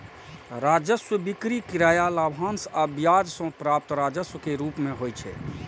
राजस्व बिक्री, किराया, लाभांश आ ब्याज सं प्राप्त राजस्व के रूप मे होइ छै